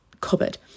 cupboard